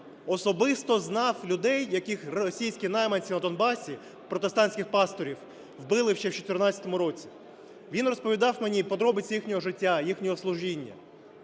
особисто знав людей, яких російські найманці на Донбасі, протестантських пасторів, вбили ще в 14-му році. Він розповідав мені подробиці їхнього життя, їхнього служіння.